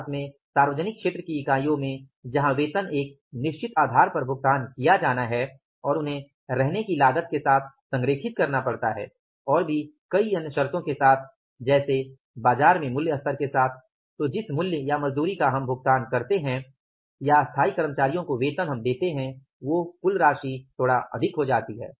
भारत में सार्वजनिक क्षेत्र की इकाइयों में जहां वेतन एक निश्चित आधार पर भुगतान किया जाना है और उन्हें रहने की लागत के साथ संरेखित करना पड़ता है और भी कई अन्य शर्तों के साथ जैसे बाज़ार में मूल्य स्तर के साथ तो जिस मूल्य या मजदूरी का हम भुगतान करते हैं या स्थायी कर्मचारियों को वेतन हम देते हैं वो कुल राशि थोड़ा अधिक है